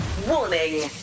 Warning